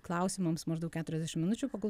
klausimams maždaug keturiasdešim minučių pagal